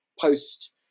post